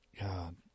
God